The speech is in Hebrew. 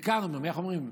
איך אומרים?